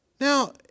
Now